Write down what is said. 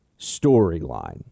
storyline